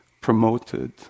promoted